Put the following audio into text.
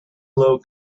low